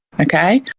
okay